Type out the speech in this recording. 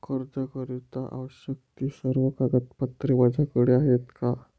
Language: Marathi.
कर्जाकरीता आवश्यक ति सर्व कागदपत्रे माझ्याकडे आहेत का?